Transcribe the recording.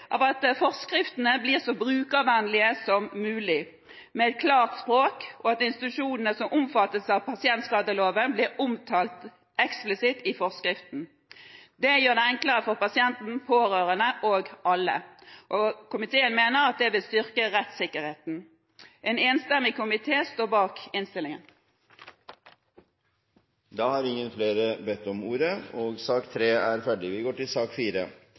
av at forskriftene blir så brukervennlige som mulig, med et klart språk, og at institusjonene som omfattes av pasientskadeloven, blir omtalt eksplisitt i forskriften. Det gjør det enklere for pasienten, pårørende og alle, og komiteen mener at det vil styrke rettssikkerheten. En enstemmig komité står bak innstillingen. Flere har ikke bedt om ordet til sak nr. 3. Etter ønske fra helse- og omsorgskomiteen vil presidenten foreslå at taletiden blir begrenset til